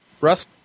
Russ